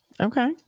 Okay